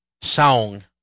song